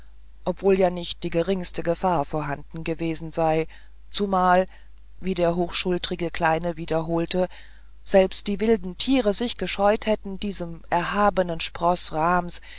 obwohl ja nicht die geringste gefahr vorhanden gewesen sei zumal wie der hochschulterige kleine wiederholte selbst die wilden tiere sich gescheut hätten diesem erhabenen sproß